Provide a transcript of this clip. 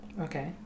okay